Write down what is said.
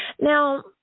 Now